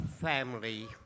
family